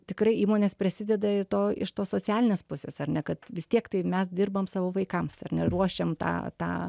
tikrai įmonės prisideda ir to iš tos socialinės pusės ar ne kad vis tiek tai mes dirbam savo vaikams ar ne ruošiame tą tą